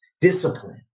discipline